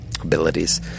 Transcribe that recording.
abilities